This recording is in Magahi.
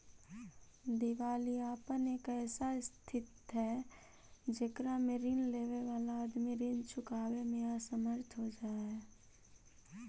दिवालियापन एक ऐसा स्थित हई जेकरा में ऋण लेवे वाला आदमी ऋण चुकावे में असमर्थ हो जा हई